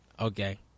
okay